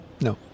No